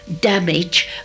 damage